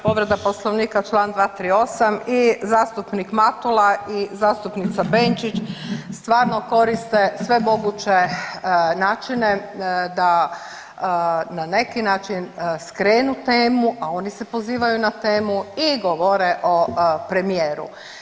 Povreda Poslovnika čl. 238. i zastupnik Matula i zastupnica Benčić stvarno koriste sve moguće načine da na neki način skrenu temu, a oni se pozivaju na temu i govore o premijeru.